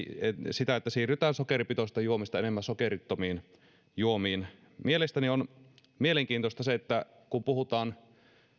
sitä että siirrytään sokeripitoisista juomista enemmän sokerittomiin juomiin mielestäni on mielenkiintoista että kun puhutaan